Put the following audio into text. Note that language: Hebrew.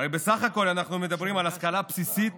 הרי בסך הכול אנחנו מדברים על השכלה בסיסית